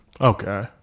Okay